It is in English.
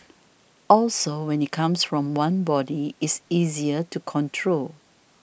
also when it comes from one body it's easier to control